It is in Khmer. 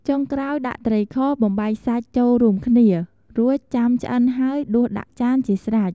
ចុងក្រោយដាក់ត្រីខបំបែកសាច់ចូលរួមគ្នា រួចចាំឆ្អិនហើយដួសដាក់ចានជាស្រេច។